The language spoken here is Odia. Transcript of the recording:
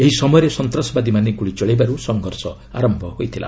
ଏହି ସମୟରେ ସନ୍ତାସବାଦୀମାନେ ଗୁଳି ଚଳାଇବାରୁ ସଂଘର୍ଷ ଆରମ୍ଭ ହୋଇଥିଲା